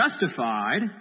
justified